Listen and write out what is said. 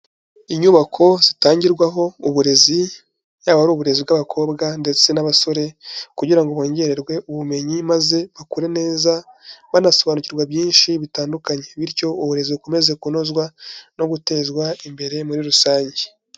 Inyubako zitangirwaho uburezi, yaba ari uburezi bw'abakobwa ndetse n'abasore kugira ngo bongererwe ubumenyi maze bakure neza, banasobanukirwa byinshi bitandukanye. Bityo uburezi bukomeze kunozwa no gutezwa imbere muri rusange.